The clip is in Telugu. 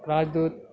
రాజ్ దూత్